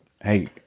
hey